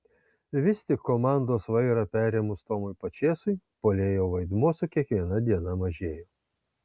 vis tik komandos vairą perėmus tomui pačėsui puolėjo vaidmuo su kiekviena diena mažėjo